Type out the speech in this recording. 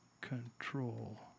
control